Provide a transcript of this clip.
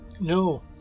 No